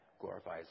glorifies